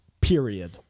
period